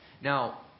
Now